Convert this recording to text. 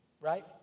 right